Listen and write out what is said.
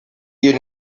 you